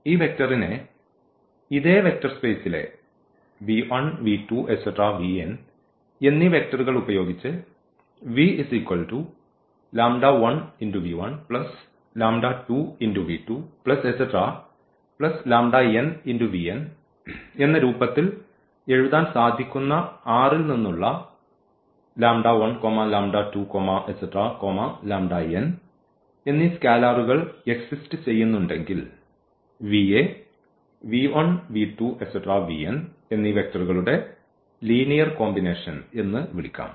ഈ വെക്ടറിനെ ഇതേ വെക്ടർസ്പേസിലെ എന്നീ വെക്ടറുകൾ ഉപയോഗിച്ച് എന്ന രൂപത്തിൽ എഴുതാൻ സാധിക്കുന്ന ൽ നിന്നുള്ള എന്നീ സ്കാലാർകൾ എക്സിസ്റ് ചെയ്യുന്നുണ്ടെങ്കിൽ യെ എന്നീ വെക്ടറുകൾടെ ലീനിയർ കോമ്പിനേഷൻ എന്ന് വിളിക്കാം